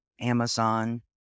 Amazon